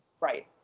right